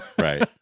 right